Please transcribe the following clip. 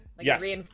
Yes